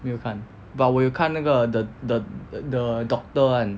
没有看 but 我有看那个 the the the doctor [one]